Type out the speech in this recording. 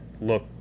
look